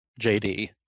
JD